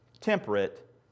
temperate